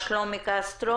מה המצב אצלכם?